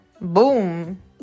boom